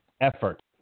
Effort